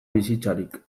bizitzarik